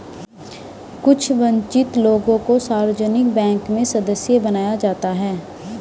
कुछ वन्चित लोगों को सार्वजनिक बैंक में सदस्य बनाया जाता है